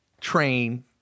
train